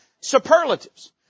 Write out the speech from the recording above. Superlatives